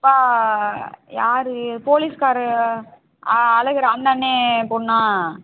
அப்பா யார் போலிஸ்காரரு அழகர் அண்ணன் னே பொண்ணா